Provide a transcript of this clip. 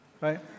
right